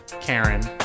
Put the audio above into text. Karen